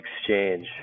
exchange